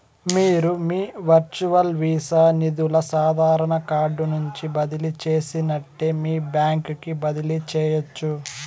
మీరు మీ virtual visa నిదులు సాదారన కార్డు నుంచి బదిలీ చేసినట్లే మీ బాంక్ కి బదిలీ చేయచ్చు